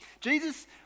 Jesus